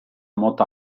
mota